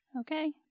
Okay